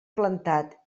plantat